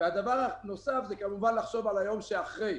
הדבר הנוסף לחשוב על היום שאחרי.